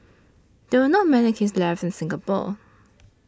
there are not many kilns left in Singapore